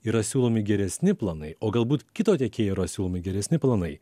yra siūlomi geresni planai o galbūt kito tiekėjo yra siūlomi geresni planai